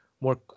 more